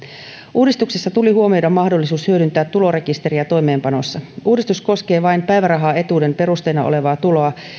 uudistuksessa tuli huomioida mahdollisuus hyödyntää tulorekisteriä toimeenpanossa uudistus koskee vain päivärahaetuuden perusteena olevaa tuloa